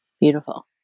Beautiful